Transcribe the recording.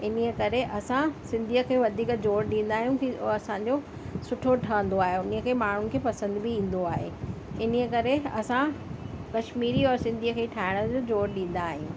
इन ई करे असां सिंधीअ खे वधीक जोर ॾींदा आहियूं की हो असांजो सुठो ठहंदो आहे उन ई खे माण्हुनि खे पसंदि बि ईंदो आहे इन ई करे असां कश्मीरी और सिंधीअ खे ई ठाहिण जो जोर ॾींदा आहियूं